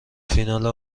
فینال